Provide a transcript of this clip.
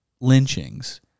lynchings